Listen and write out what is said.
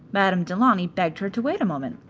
madame du launy begged her to wait a moment.